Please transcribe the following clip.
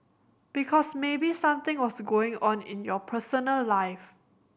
because maybe something was going on in your personal life